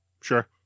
Sure